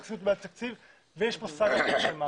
יש כאן סאגה שלמה.